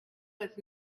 was